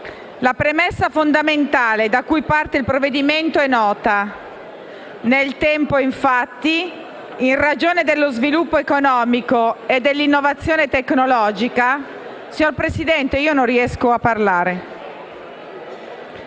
La premessa fondamentale da cui parte il provvedimento è nota. Nel tempo, infatti, in ragione dello sviluppo economico e della innovazione tecnologica... *(Brusio).* Signor Presidente, io non riesco a parlare.